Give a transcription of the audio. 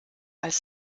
als